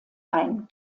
ein